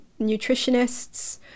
nutritionists